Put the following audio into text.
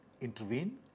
intervene